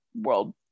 world